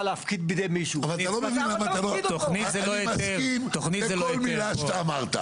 להפקיד בידי מישהו ואתה --- אני מסכים לכל מילה שאתה אמרת.